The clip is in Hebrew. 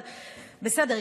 אבל בסדר,